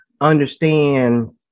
understand